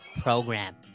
program